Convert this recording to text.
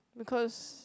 because